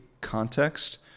context